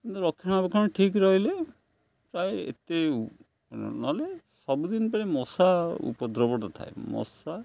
କିନ୍ତୁ ରକ୍ଷଣାବେକ୍ଷଣ ଠିକ୍ ରହିଲେ ପ୍ରାୟ ଏତେ ନହେଲେ ସବୁ ଦିନ ପରି ମଶା ଉପଦ୍ରବଟି ଥାଏ ମଶା